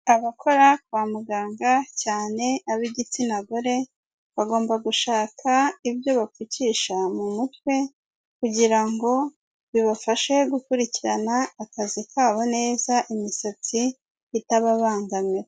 Abakora kwa muganga cyane ab'igitsina gore bagomba gushaka ibyo bapfukisha mu mutwe kugira ngo bibafashe gukurikirana akazi kabo neza, imisatsi itababangamira.